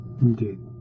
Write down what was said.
Indeed